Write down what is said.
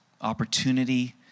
opportunity